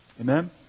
Amen